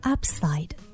Upside